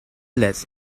lets